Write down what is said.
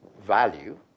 value